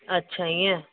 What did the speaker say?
अच्छा इअं